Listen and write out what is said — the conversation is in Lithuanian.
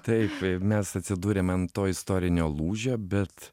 taip mes atsidūrėme ant to istorinio lūžio bet